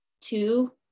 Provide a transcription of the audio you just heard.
two